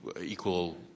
equal